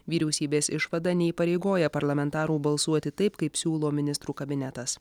vyriausybės išvada neįpareigoja parlamentarų balsuoti taip kaip siūlo ministrų kabinetas